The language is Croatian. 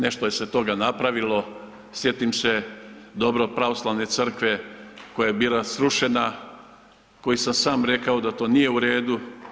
Nešto je se toga napravilo, sjetim se dobro pravoslavne crkve koja je bila srušena, koji sam sam rekao da to nije u redu.